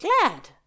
glad